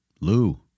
Lou